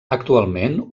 actualment